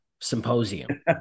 Symposium